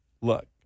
look